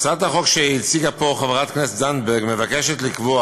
בהצעת החוק שהציגה פה חברת הכנסת זנדברג מוצע לקבוע